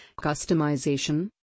Customization